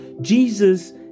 Jesus